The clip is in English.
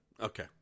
Okay